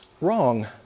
Wrong